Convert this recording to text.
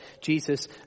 Jesus